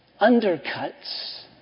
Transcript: undercuts